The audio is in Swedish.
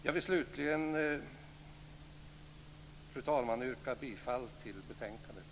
Jag vill slutligen yrka bifall till utskottets hemställan i betänkandet.